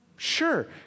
Sure